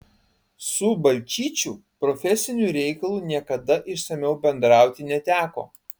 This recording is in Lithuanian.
su balčyčiu profesiniu reikalu niekada išsamiau bendrauti neteko